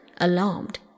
alarmed